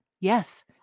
Yes